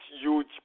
huge